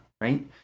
right